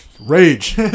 Rage